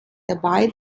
dabei